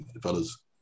fellas